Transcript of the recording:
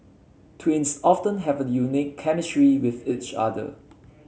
twins often have a unique chemistry with each other